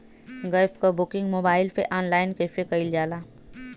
Gas क booking mobile से online कईसे कईल जाला?